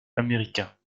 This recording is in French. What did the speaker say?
américains